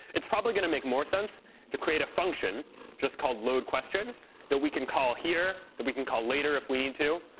it's probably going to make more sense to create a function just called load question that we can call here, that we can call later if we need and to,